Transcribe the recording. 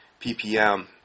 ppm